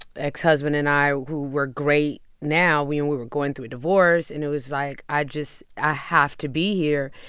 ex-husband and i we're great now we and we were going through a divorce. and it was like, i just i have to be here.